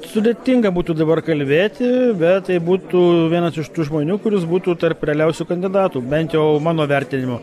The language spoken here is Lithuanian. sudėtinga būtų dabar kalbėti bet tai būtų vienas iš tų žmonių kuris būtų tarp realiausių kandidatų bent jau mano vertinimu